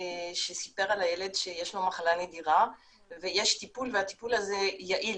שסיפר על הילד שיש לו מחלה נדירה ויש טיפול והטיפול הזה יעיל,